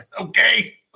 Okay